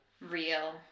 real